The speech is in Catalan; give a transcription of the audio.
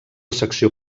secció